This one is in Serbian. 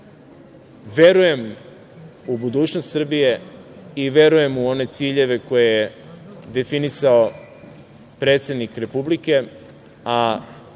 Verujem u budućnost Srbije i verujem u one ciljeve koje je definisao predsednik Republike,